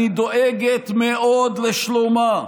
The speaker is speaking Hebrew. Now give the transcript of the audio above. אני דואגת מאוד לשלומה.